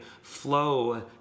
flow